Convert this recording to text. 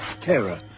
terror